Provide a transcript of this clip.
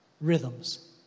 rhythms